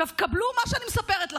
עכשיו קבלו מה שאני מספרת לכם,